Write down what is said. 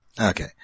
Okay